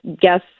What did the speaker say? guess